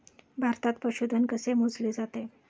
भारतात पशुधन कसे मोजले जाते?